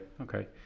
okay